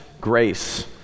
grace